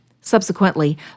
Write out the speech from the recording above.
Subsequently